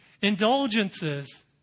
Indulgences